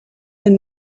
and